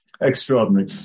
Extraordinary